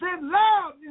love